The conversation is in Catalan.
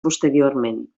posteriorment